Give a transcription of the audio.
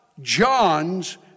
John's